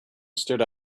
stood